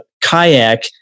kayak